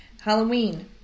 Halloween